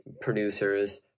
producers